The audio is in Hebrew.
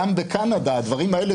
גם בקנדה הדברים האלה,